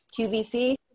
QVC